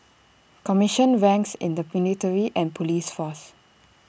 commissioned ranks in the military and Police force